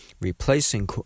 replacing